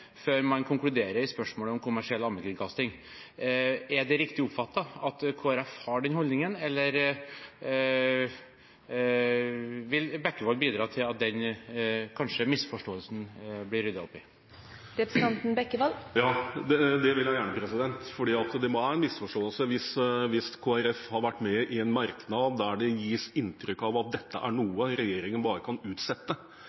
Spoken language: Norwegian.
før man konkluderer i spørsmålet om kommersiell allmennkringkasting. Er det riktig oppfattet, at Kristelig Folkeparti har den holdningen, eller vil Bekkevold bidra til at den mulige misforståelsen blir ryddet opp i? Ja, det vil jeg gjerne. For det er en misforståelse hvis Kristelig Folkeparti har vært med i en merknad der det gis inntrykk av at dette er